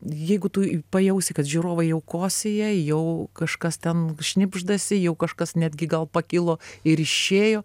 jeigu tu pajausi kad žiūrovai jau kosųja jau kažkas ten šnibždasi jau kažkas netgi gal pakilo ir išėjo